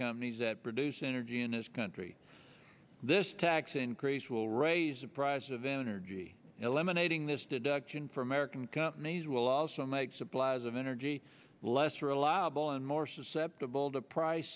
companies that produce energy in his country this tax increase will raise the price of energy eliminating this deduction for american companies will also make supplies of energy less reliable and more susceptible to price